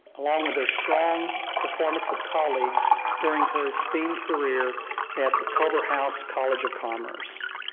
along with their strong performance of colleagues during her esteemed career at the culverhouse college of commerce.